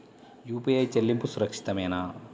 UPI చెల్లింపు సురక్షితమేనా?